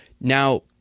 Now